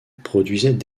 produisaient